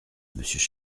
monsieur